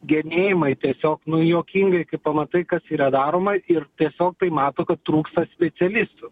genėjimai tiesiog nu juokingai kai pamatai kas yra daroma ir tiesiog tai mato kad trūksta specialistų